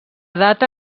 data